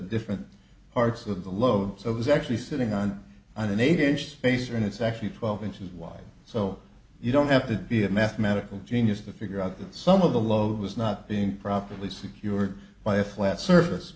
different parts of the love so it was actually sitting on an eight inch spacer and it's actually twelve inches wide so you don't have to be a mathematical genius to figure out that some of the load was not being properly secured by a flat surface